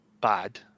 bad